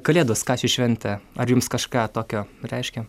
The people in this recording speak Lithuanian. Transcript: kalėdos ką ši šventė ar jums kažką tokio reiškia